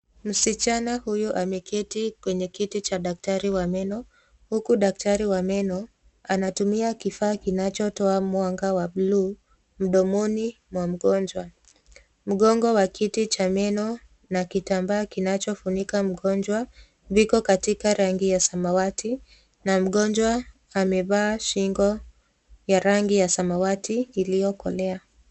Msichana ameketi kwenye kiti cha daktari wa meno huku daktari wa meno anatumia kifaa kinachotoa mwanga wa bluu mdomoni mwa mgonjwa. Mgongo wa kiti cha meno na kitambaa kinachofunika mgonjwa viko katika rangi ya samawati na mgonjwa amevaa shingo ya rangi ya samawati iliyokolea.